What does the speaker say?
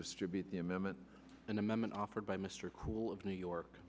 distribute the amendment an amendment offered by mr cool of new york